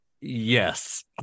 Yes